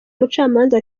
umucamanza